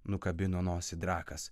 nukabino nosį drakas